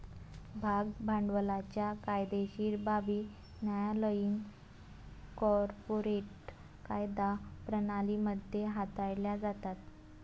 भाग भांडवलाच्या कायदेशीर बाबी न्यायालयीन कॉर्पोरेट कायदा प्रणाली मध्ये हाताळल्या जातात